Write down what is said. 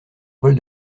bol